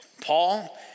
Paul